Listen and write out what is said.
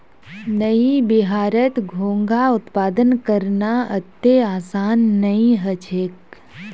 नइ बिहारत घोंघा उत्पादन करना अत्ते आसान नइ ह छेक